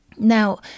Now